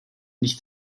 nicht